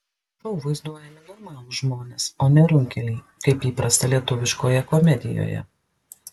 šou vaizduojami normalūs žmonės o ne runkeliai kaip įprasta lietuviškoje komedijoje